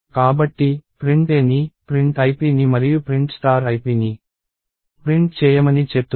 కాబట్టి print a ని print ip ని మరియు ప్రింట్ ipని ప్రింట్ చేయమని చెప్తుంది